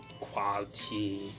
quality